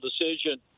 decision